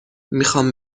میخام